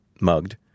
mugged